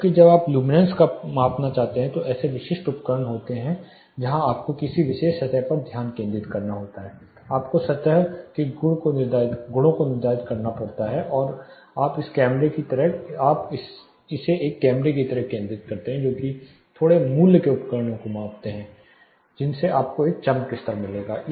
जबकि जब आप ल्यूमिनेन्स को मापना चाहते हैं तो ऐसे विशिष्ट उपकरण होते हैं जहां आपको किसी विशेष सतह पर ध्यान केंद्रित करना होता है आपको सतह के गुणों को निर्धारित करना होता है फिर आप इसे एक कैमरे की तरह केंद्रित करते हैं जो कि थोड़े मूल्य के उपकरणों को मापते हैं जिनसे आपको एक चमक स्तर मिलेगा